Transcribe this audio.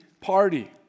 party